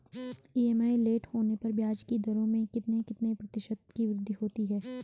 EMI late होने पर ब्याज की दरों में कितने कितने प्रतिशत की वृद्धि होती है?